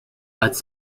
als